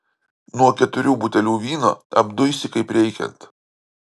nuo keturių butelių vyno apduisi kaip reikiant